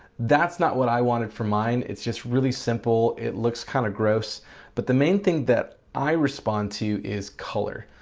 that's not what i wanted for mine, it's just really simple. it looks kind of gross but the main thing that i respond to is color,